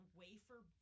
wafer